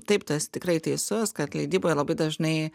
taip tu esi tikrai teisus kad leidyboj labai dažnai